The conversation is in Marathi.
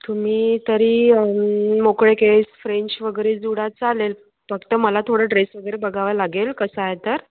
तुम्ही तरी मोकळे केस फ्रेंच वगैरे जुडा चालेल फक्त मला थोडं ड्रेस वगैरे बघावं लागेल कसा आहे तर